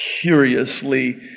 curiously